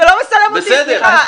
הוא לא מצלם אותי, סליחה.